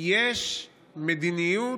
יש מדיניות,